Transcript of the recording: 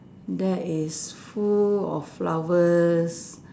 that is full of flowers